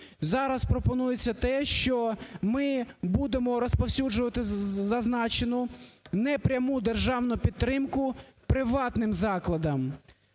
Зараз пропонується те, що ми будемо розповсюджувати зазначену непряму державну підтримку приватним закладам.